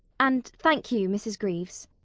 and thank you, mrs. greaves.